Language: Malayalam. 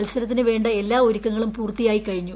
മത്സരത്തിന് ിവേണ്ട എല്ലാ ഒരുക്കങ്ങളും പൂർത്തിയായികഴിഞ്ഞു